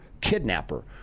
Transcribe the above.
kidnapper